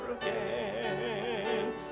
again